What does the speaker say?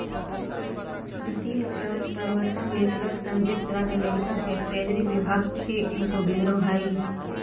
वित्तीय अपराध प्रवर्तन नेटवर्क संयुक्त राज्य अमेरिका के ट्रेजरी विभाग के एगो ब्यूरो हइ